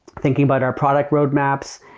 thinking about our product roadmaps.